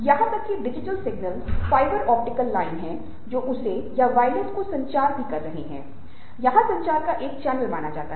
यहां तक कि digital signal fibre optic line है जो इसे या वायरलेस को संचार कर रहा है यहा संचार का एक चैनल माना जाता है